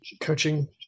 coaching